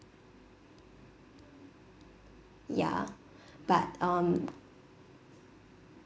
ya but um